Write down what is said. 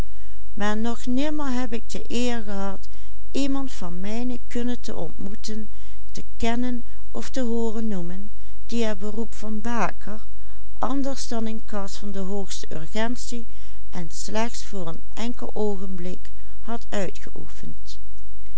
te ontmoeten te kennen of te hooren noemen die het beroep van baker anders dan in cas van de hoogste urgentie en slechts voor een enkel oogenblik had uitgeoefend